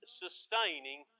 sustaining